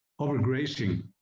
overgrazing